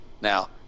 Now